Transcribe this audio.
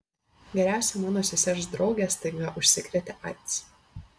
geriausia mano sesers draugė staiga užsikrėtė aids